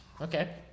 Okay